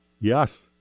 Yes